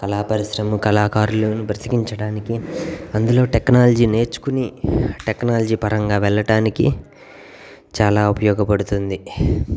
కళా పరిశ్రమ కళాకారులను బ్రతికించటానికి అందులో టెక్నాలజీ నేర్చుకుని టెక్నాలజీ పరంగా వేళ్ళటానికి చాలా ఉపయోగపడుతుంది